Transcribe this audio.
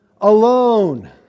Alone